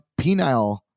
penile